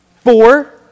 four